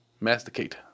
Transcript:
masticate